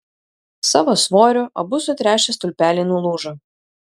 savo svoriu abu sutręšę stulpeliai nulūžo